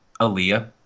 Aaliyah